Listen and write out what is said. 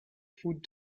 food